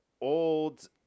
old